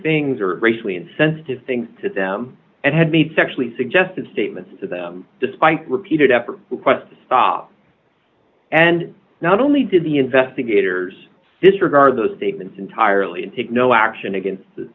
things or racially insensitive things to them and had been sexually suggestive statements to them despite repeated efforts requests to stop and not only did the investigators disregard those statements entirely and take no action against the